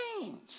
change